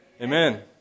Amen